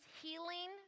healing